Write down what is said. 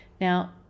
Now